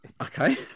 Okay